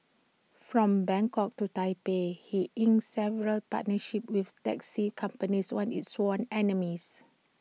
from Bangkok to Taipei he's inked several partnerships with taxi companies once its sworn enemies